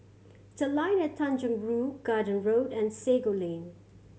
The Line at Tanjong Rhu Garden Road and Sago Lane